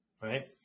right